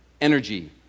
energy